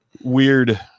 weird